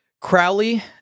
Crowley